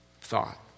thought